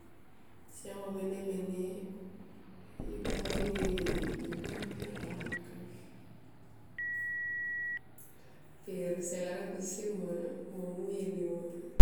Sam ma mene mene yo pu mo ne gua koma kamap ka. per se loka tosi ma pe mui ma.